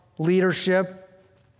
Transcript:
leadership